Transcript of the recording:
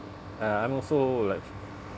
uh I'm also like